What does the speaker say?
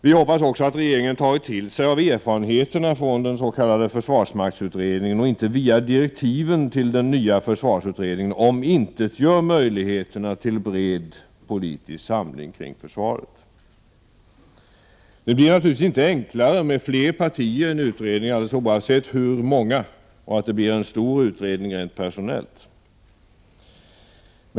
Vi hoppas också att regeringen har tagit till sig erfarenheterna från den s.k. försvarsmaktsutredningen och inte via direktiven till den nya försvarsutredningen omintetgör möjligheterna till en bred politisk samling kring försvaret. Det blir naturligtvis inte enklare med fler partier i en utredning, alldeles oavsett hur många det är fråga om. Det blir ju en stor utredning rent personellt.